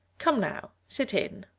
come now, sit in.